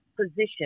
position